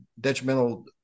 detrimental